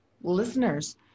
listeners